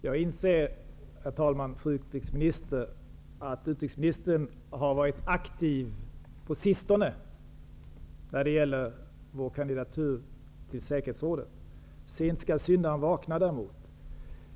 Herr talman! Fru utrikesminister! Jag inser att utrikesministern på sistone har varit aktiv när det gäller vår kandidatur till säkerhetsrådet. Sent skall syndaren vakna däremot!